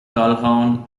calhoun